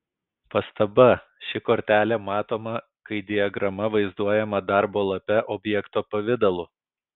pastaba ši kortelė matoma kai diagrama vaizduojama darbo lape objekto pavidalu